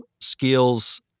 skills